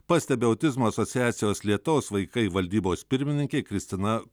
pastebi autizmo asociacijos lietaus vaikai valdybos pirmininkė kristina